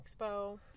Expo